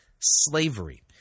Slavery